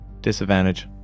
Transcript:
Disadvantage